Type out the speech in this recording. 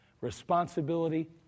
responsibility